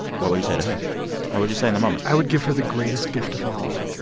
what would you say to her? what would you say in the moment? i would give her the greatest gift of all